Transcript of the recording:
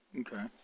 Okay